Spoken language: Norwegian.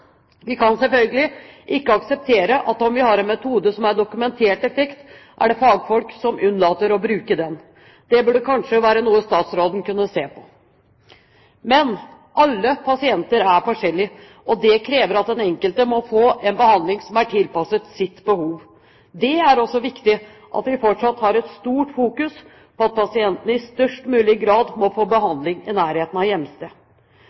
Vi kan selvfølgelig ikke akseptere at om vi har en metode som har dokumentert effekt, at det finnes fagfolk som unnlater å bruke den. Det burde kanskje være noe statsråden kunne se på. Alle pasienter er forskjellige, og det krever at den enkelte må få en behandling som er tilpasset sitt behov. Det er også viktig at vi fortsatt har et stort fokus på at pasientene i størst mulig grad må få behandling i nærheten av